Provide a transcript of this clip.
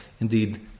indeed